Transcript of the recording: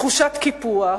תחושת קיפוח,